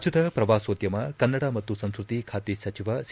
ರಾಜ್ಯದ ಪ್ರವಾಸೋದ್ಯಮ ಕನ್ನಡ ಮತ್ತು ಸಂಸ್ಕೃತಿ ಖಾತೆ ಸಚಿವ ಸಿ